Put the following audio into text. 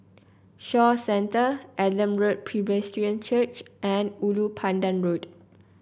Shaw Center Adam Road Presbyterian Church and Ulu Pandan Road